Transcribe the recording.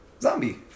Zombie